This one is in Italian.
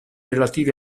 relativi